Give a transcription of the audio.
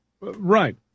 Right